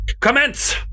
Commence